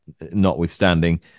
notwithstanding